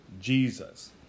Jesus